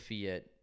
Fiat